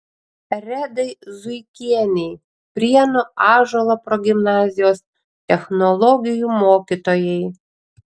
redai zuikienei prienų ąžuolo progimnazijos technologijų mokytojai